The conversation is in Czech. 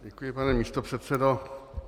Děkuji pane místopředsedo.